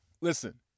Listen